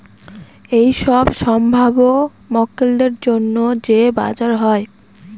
এইসব সম্ভাব্য মক্কেলদের জন্য যে বাজার হয়